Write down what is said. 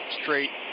straight